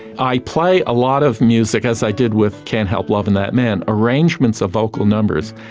i play a lot of music, as i did with can't help lovin that man, arrangements of vocal numbers.